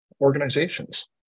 organizations